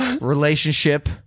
relationship